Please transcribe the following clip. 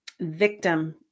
victim